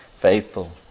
faithful